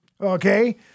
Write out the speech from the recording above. okay